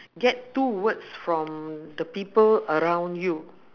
get two words from the people around you